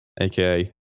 aka